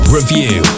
Review